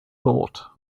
thought